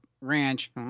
ranch